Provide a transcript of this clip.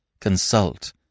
Consult